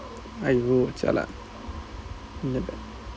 !aiyo! jialat that bad